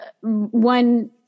one